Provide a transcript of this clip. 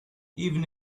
even